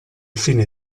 fine